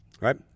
Right